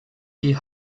die